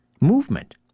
movement